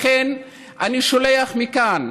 לכן אני שולח מכאן,